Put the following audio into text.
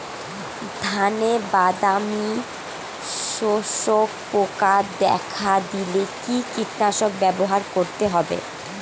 ধানে বাদামি শোষক পোকা দেখা দিলে কি কীটনাশক ব্যবহার করতে হবে?